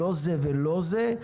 לא זה ולא זה,